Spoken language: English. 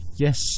yes